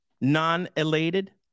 Non-elated